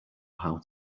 how